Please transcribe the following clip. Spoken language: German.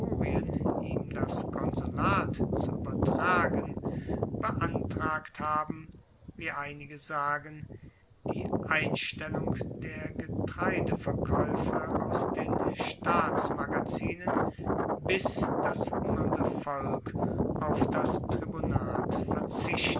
ihm das konsulat zu uebertragen beantragt haben wie einige sagen die einstellung der getreideverkaeufe aus den staatsmagazinen bis das hungernde volk auf das tribunat verzichte